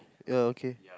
ya okay